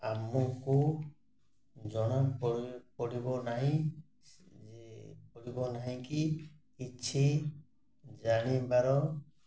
ଆମକୁ ଜଣା ପଡ଼ିବ ନାହିଁ ପଡ଼ିବ ନାହିଁ କି କିଛି ଜାଣିବାର